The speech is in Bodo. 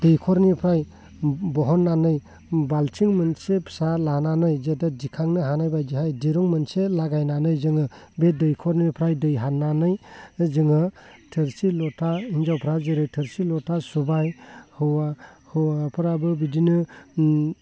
दैखरनिफ्राय बहननानै बाल्थिं मोनसे फिसा लानानै जाहाथे दिखांनो हानाय बायदिहाय दिरुं मोनसे लागायनानै जोङो बे दैखरनिफ्राय दै हाननानै जोङो थोरसि लथा हिनजावफ्रा जेरै थोरसि लथा सुबाय हौवाफ्राबो बिदिनो